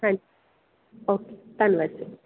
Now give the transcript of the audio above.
ਹਾਂਜੀ ਓਕੇ ਧੰਨਵਾਦ ਜੀ